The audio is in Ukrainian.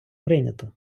прийнято